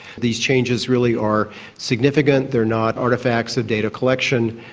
these changes really are significant, they are not artefacts of data collection.